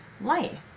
life